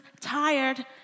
tired